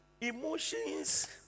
emotions